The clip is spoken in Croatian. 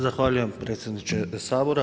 Zahvaljujem predsjedniče Sabora.